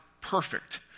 perfect